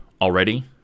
already